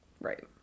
right